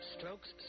Strokes